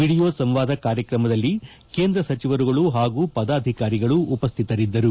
video ಸಂವಾದ ಕಾರ್ಯಕ್ರಮದಲ್ಲಿ ಕೇಂದ್ರ ಸಚಿವರುಗಳು ಹಾಗೂ ಪದಾಧಿಕಾರಿಗಳು ಉಪಶ್ಡಿತರಿದ್ದರು